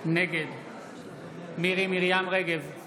נגד מירי מרים רגב,